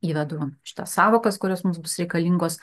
įvedu šitas sąvokas kurios mums bus reikalingos